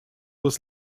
was